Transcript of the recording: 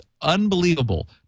unbelievable